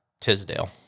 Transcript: Tisdale